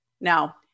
Now